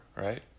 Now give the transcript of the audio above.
right